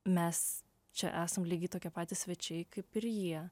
mes čia esam lygiai tokie patys svečiai kaip ir jie